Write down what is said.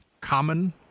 common